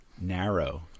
narrow